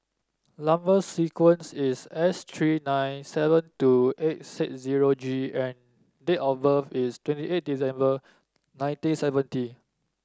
number sequence is S three nine seven two eight six zero G and date of birth is twenty eight December nineteen seventy